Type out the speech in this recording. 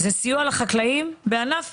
זה סיוע לחקלאים בענף